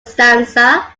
stanza